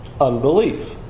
unbelief